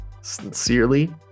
Sincerely